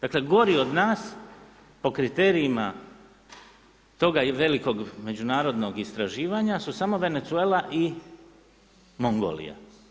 Dakle gori od nas po kriterijima toga i velikog međunarodnog istraživanja su samo Venezuela i Mongolija.